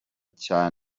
cya